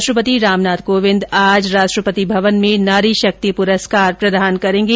राष्ट्रपति रामनाथ कोविंद आज राष्ट्रपति भवन में नारी शक्ति पुरस्कार प्रदान करेंगे